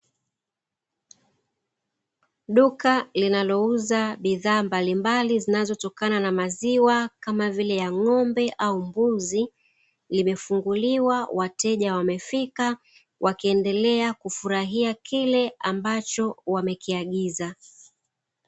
Duka linalouza bidhaa mbalimbali zinazotokana na maziwa kama vile ya ng’ombe au mbuzi, limefunguliwa wateja wamefika wakiendelea kufurahia kile ambacho wamekiagiza.